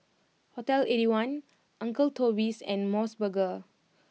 Hotel eighty one Uncle Toby's and Mos Burger